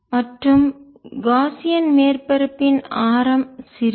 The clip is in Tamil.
மற்றும் காஸியன் மேற்பரப்பின் ஆரம் சிறியது